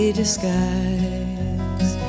disguise